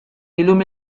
llum